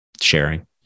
sharing